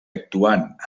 actuant